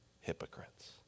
hypocrites